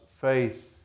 faith